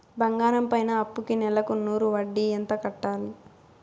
బంగారం పైన అప్పుకి నెలకు నూరు వడ్డీ ఎంత కట్టాలి?